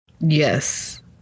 Yes